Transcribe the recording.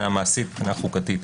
מעשית וחוקתית.